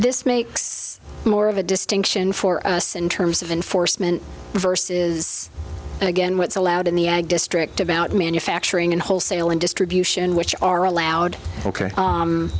this makes more of a distinction for us in terms of enforcement verses and again what's allowed in the ag district about manufacturing and wholesale and distribution which are allowed ok